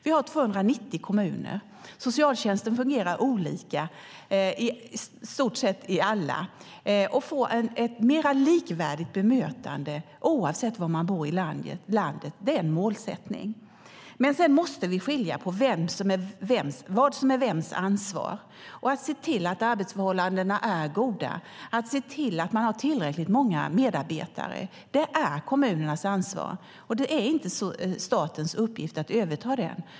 Vi har 290 kommuner, och socialtjänsten fungerar olika i stort sett i alla. Att få ett mer likvärdigt bemötande oavsett var man bor i landet är en målsättning. Sedan måste vi skilja på vad som är vems ansvar och se till att arbetsförhållandena är goda. Vi måste se till att man har tillräckligt många medarbetare. Det är kommunernas ansvar, och det är inte statens uppgift att överta det.